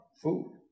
food